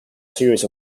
series